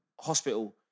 hospital